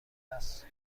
است